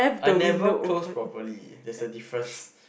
I never close properly there's a difference